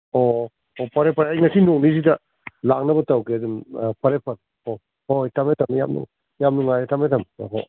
ꯑꯣ ꯐꯔꯦ ꯐꯔꯦ ꯑꯩ ꯉꯁꯤ ꯅꯣꯡ ꯅꯤꯅꯤꯁꯤꯗ ꯂꯥꯛꯅꯕ ꯇꯧꯒꯦ ꯑꯗꯨꯝ ꯐꯔꯦ ꯐꯔꯦ ꯍꯣ ꯍꯣꯏ ꯊꯝꯃꯦ ꯊꯝꯃꯦ ꯌꯥꯝ ꯌꯥꯝ ꯅꯨꯡꯉꯥꯏꯔꯦ ꯊꯝꯃꯦ ꯊꯝꯃꯦ ꯍꯣꯏ ꯍꯣꯏ